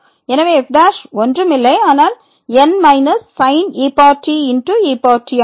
எனவே f ஒன்றும் இல்லை ஆனால் n sin et et ஆகும்